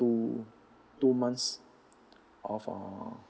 two two months of uh